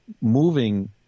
moving